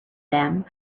them